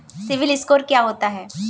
CIBIL score क्या होता है?